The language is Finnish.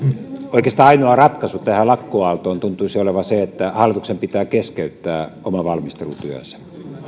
oikeastaan ainoa ratkaisu tähän lakkoaaltoon tuntuisi olevan se että hallituksen pitää keskeyttää oma valmistelutyönsä